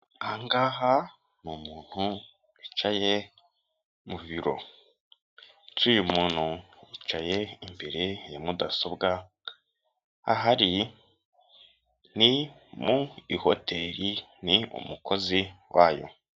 Aha ngaha ni umuntu wicaye mu biro ndetse uyu muntu yicaye imbere ya mudasobwa, aha ari ni mu ihoteri ni umukozi wayo.